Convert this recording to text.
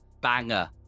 Banger